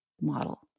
model